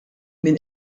min